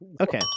Okay